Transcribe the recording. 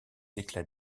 éclats